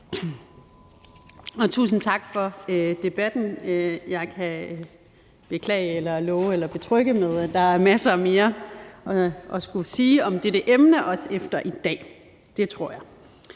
tusind tak for debatten. Jeg kan beklage eller love eller betrygge med, at der er masser af mere at skulle sige om dette emne, også efter i dag. Det tror jeg.